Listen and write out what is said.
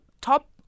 top